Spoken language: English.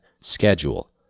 schedule